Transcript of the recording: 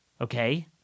okay